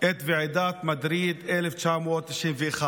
את ועידת מדריד 1991,